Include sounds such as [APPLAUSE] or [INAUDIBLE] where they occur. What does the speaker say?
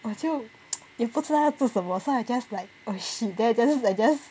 我就 [NOISE] 也不知道要做什么 so I just like oh shit then I just I just